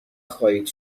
خواهید